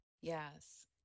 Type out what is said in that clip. Yes